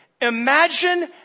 Imagine